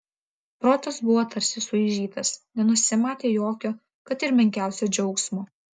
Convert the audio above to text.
protas buvo tarsi suaižytas nenusimatė jokio kad ir menkiausio džiaugsmo